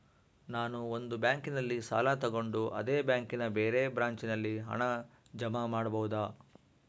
ನಾನು ಒಂದು ಬ್ಯಾಂಕಿನಲ್ಲಿ ಸಾಲ ತಗೊಂಡು ಅದೇ ಬ್ಯಾಂಕಿನ ಬೇರೆ ಬ್ರಾಂಚಿನಲ್ಲಿ ಹಣ ಜಮಾ ಮಾಡಬೋದ?